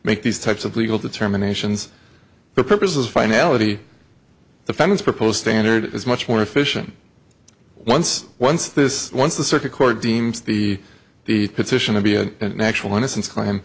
make these types of legal determinations the purposes of finality the family's proposed standard is much more efficient once once this once the circuit court deems the the petition to be an actual innocence claim